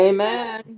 Amen